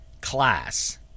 class